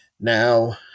now